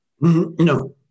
No